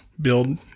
build